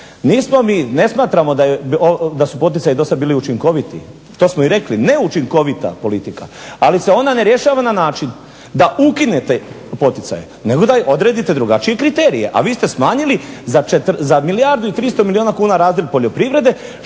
odgovoriti, ne smatramo da su poticaji do sada bili učinkoviti. To smo i rekli, neučinkovita politika, ali se ona ne rješava na način da ukinete poticaje nego da odredite drugačije kriterije. A vi ste smanjili za milijardu 300 milijuna kuna razred poljoprivrede